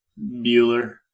Bueller